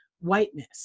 whiteness